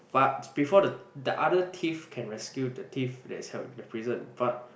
but before the the other thief can rescue the thief that is held in the prison but